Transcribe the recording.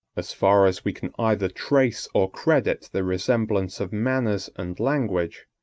as far as we can either trace or credit the resemblance of manners and language,